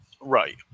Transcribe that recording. Right